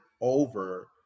over